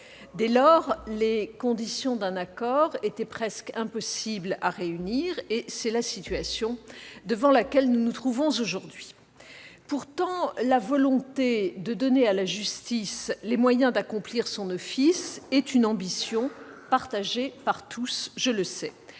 Dès lors, les conditions d'un accord étaient presque impossibles à réunir. C'est la situation devant laquelle nous nous trouvons aujourd'hui. Pourtant, la volonté de donner à la justice les moyens d'accomplir son office est une ambition partagée par tous, je le sais.